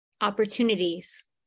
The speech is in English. Opportunities